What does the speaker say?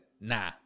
nah